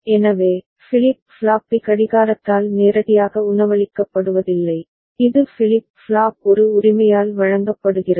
எனவே flip flop B கடிகாரத்தால் நேரடியாக உணவளிக்கப்படுவதில்லை இது ஃபிளிப் ஃப்ளாப் ஒரு உரிமையால் வழங்கப்படுகிறது